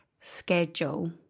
schedule